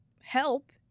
help